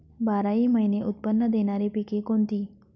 बाराही महिने उत्त्पन्न देणारी पिके कोणती?